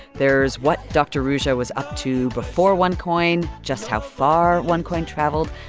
there's what dr. ruja was up to before onecoin, just how far onecoin traveled.